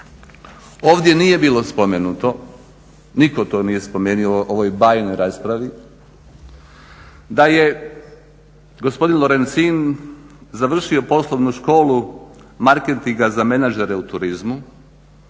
Ovdje nije bilo spomenuto, niko to nije spomenuo u ovoj bajnoj raspravi da je gospodin Lorencin završio poslovnu školu marketinga za menadžere u turizmu,